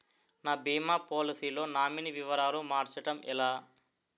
నా భీమా పోలసీ లో నామినీ వివరాలు మార్చటం ఎలా?